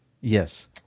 Yes